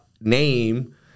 name